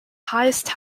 highest